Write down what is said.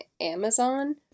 Amazon